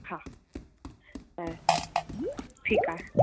हा त ठीकु आहे